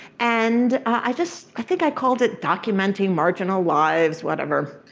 and i just, i think i called it documenting marginal lives, whatever.